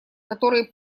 которые